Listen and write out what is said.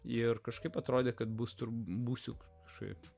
ir kažkaip atrodė kad bus turbūt būsiu šiaip